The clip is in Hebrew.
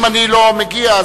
אם לא אגיע,